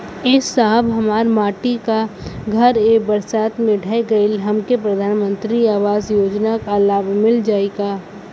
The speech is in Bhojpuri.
ए साहब हमार माटी क घर ए बरसात मे ढह गईल हमके प्रधानमंत्री आवास योजना क लाभ मिल जाई का?